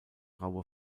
raue